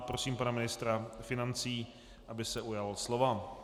Prosím pana ministra financí, aby se ujal slova.